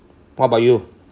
what about you